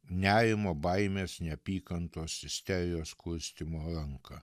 nerimo baimės neapykantos isterijos kurstymo ranką